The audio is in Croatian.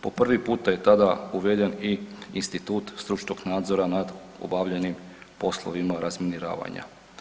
Po prvi puta je tada uveden i institut stručnog nadzora nad obavljanjem poslovima razminiravanja.